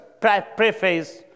preface